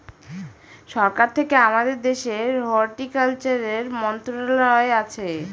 সরকার থেকে আমাদের দেশের হর্টিকালচারের মন্ত্রণালয় আছে